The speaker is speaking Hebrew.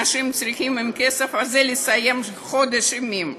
אנשים צריכים עם הכסף הזה לסיים חודש ימים.